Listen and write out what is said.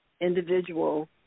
individual